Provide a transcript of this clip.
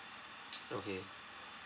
okay